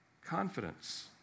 confidence